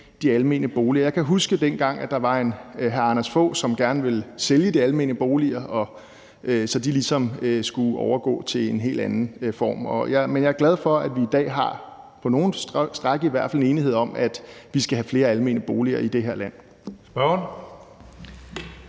de almene boliger. Jeg kan huske, dengang hr. Anders Fogh Rasmussen gerne ville sælge de almene boliger, så de ligesom skulle overgå til en helt anden form. Men jeg er glad for, at vi i dag i hvert fald på nogle stræk er enige om, at vi skal have flere almene boliger i det her land. Kl.